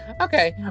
Okay